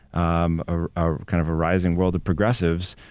um ah a kind of a rising world of progressives,